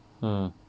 mm